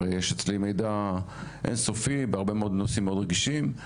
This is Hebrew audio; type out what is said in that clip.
הרי יש אצלי מידע אין סופי בהרבה נושאים רגישים.